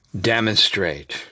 demonstrate